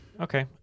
Okay